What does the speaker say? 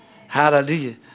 Hallelujah